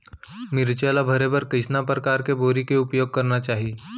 मिरचा ला भरे बर कइसना परकार के बोरी के उपयोग करना चाही?